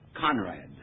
Conrad